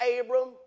Abram